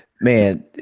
Man